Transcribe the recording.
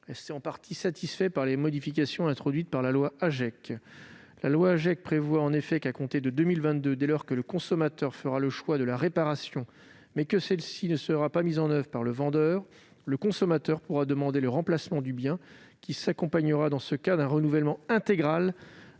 est en partie satisfaite par les modifications introduites par la loi AGEC. Cette dernière prévoit en effet que, à compter de 2022, dès lors que le consommateur fera le choix de la réparation, mais que celle-ci ne sera pas mise en oeuvre par le vendeur, le consommateur pourra demander le remplacement du bien, qui s'accompagnera, dans ce cas, d'un renouvellement intégral